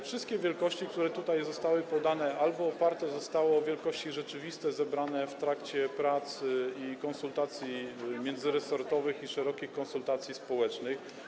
Wszystkie wielkości, które tutaj zostały podane, zostały oparte o wielkości rzeczywiste, zebrane w trakcie pracy i konsultacji międzyresortowych oraz szerokich konsultacji społecznych.